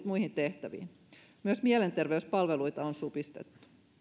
muihin tehtäviin myös mielenterveyspalveluita on supistettu